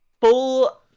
full